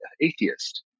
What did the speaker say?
atheist